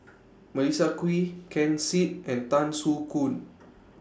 Melissa Kwee Ken Seet and Tan Soo Khoon